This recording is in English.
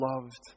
loved